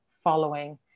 following